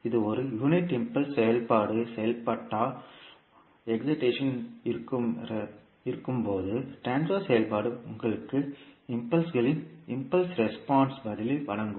இது ஒரு unit impulse செயல்பாடு செயல்பாட்டால் உற்சாகமாக இருக்கும்போது ட்ரான்ஸ்பர் செயல்பாடு உங்களுக்கு இம்பல்ஸ்களின் இம்பல்ஸ் ரெஸ்பான்ஸ் பதிலை வழங்கும்